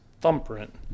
thumbprint